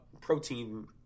protein